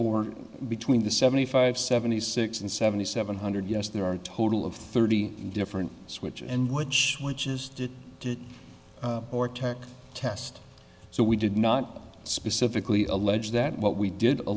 or between the seventy five seventy six and seventy seven hundred yes there are a total of thirty different switch and which which is due to test so we did not specifically allege that what we did